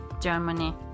Germany